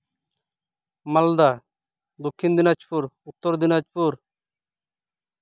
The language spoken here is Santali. ᱢᱟᱞᱫᱟ ᱫᱚᱠᱠᱷᱤᱱ ᱫᱤᱱᱟᱡᱽᱯᱩᱨ ᱩᱛᱛᱚᱨ ᱫᱤᱱᱟᱡᱽᱯᱩᱨ